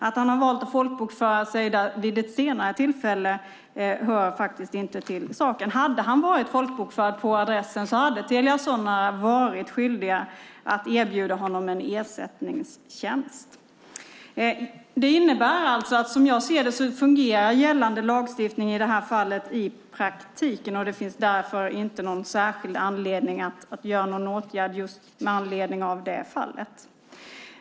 Att han har valt att folkbokföra sig där vid ett senare tillfälle hör inte till saken. Hade han varit folkbokförd på adressen hade Telia Sonera varit skyldigt att erbjuda honom en ersättningstjänst. Det innebär alltså att som jag ser det fungerar gällande lagstiftning i det här fallet i praktiken, och det finns därför inte någon särskild anledning att vidta någon åtgärd med anledning av det fallet.